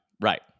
right